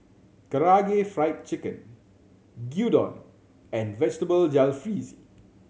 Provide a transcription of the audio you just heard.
Karaage Fried Chicken Gyudon and Vegetable Jalfrezi